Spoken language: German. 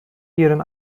ihren